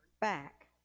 back